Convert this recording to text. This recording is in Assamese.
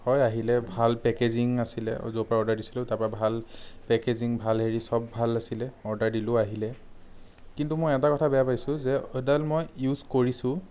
হয় আহিলে ভাল পেকেজিং আছিলে য'ৰপৰা অৰ্ডাৰ দিছিলোঁ তাৰপৰা ভাল পেকেজিং ভাল হেৰি চব ভাল আছিলে অৰ্ডাৰ দিলোঁ আহিলে কিন্তু মই এটা কথা বেয়া পাইছোঁ যে এইডাল মই ইউজ কৰিছোঁ